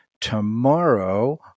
tomorrow